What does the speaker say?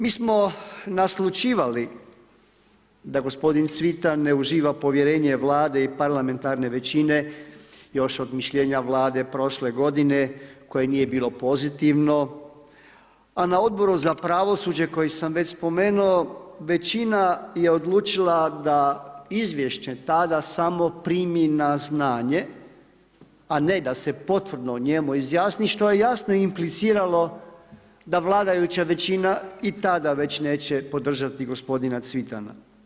Mi smo naslućivali da gospodin Cvitan ne uživa povjerenje Vlade i Parlamentarne većine još od mišljenja Vlade prošle godine koje nije bilo pozitivno, a na Odboru za pravosuđe koji sam već spomenuo, većina je odlučila da izvješće tada samo primi na znanje, a ne da se potvrdno o njemu izjasni, što je jasno impliciralo da vladajuća većina i tada već neće podržati gospodina Cvitana.